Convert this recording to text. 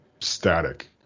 static